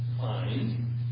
find